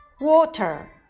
water